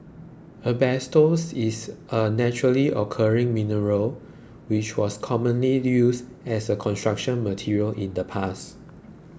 asbestos is a naturally occurring mineral which was commonly used as a Construction Material in the past